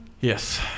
yes